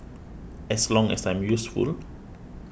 as long as I'm useful